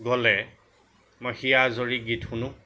গ'লে মই হিয়াজুৰি গীত শুনো